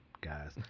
guys